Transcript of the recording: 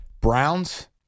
Browns